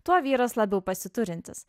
tuo vyras labiau pasiturintis